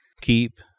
keep